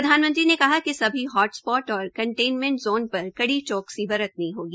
प्रधानमंत्री ने कहा कि सभी हॉट स्पॉट और कोन्टेनमेंट जोन पर कड़ी चौकसी बरतनी होगी